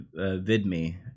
VidMe